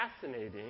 fascinating